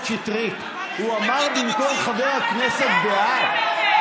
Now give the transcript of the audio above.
שטרית, הוא אמר במקום חבר הכנסת "בעד".